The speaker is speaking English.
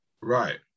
right